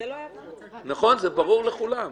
זה ברור לכולם.